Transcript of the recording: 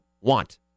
want